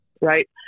right